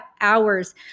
hours